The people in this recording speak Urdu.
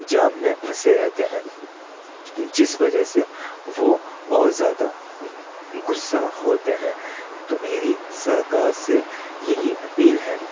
جام میں پھنسے رہتے ہیں جس وجہ سے وہ اور زیادہ غصہ ہوتے ہیں تو میری سرکار سے یہی اپیل ہے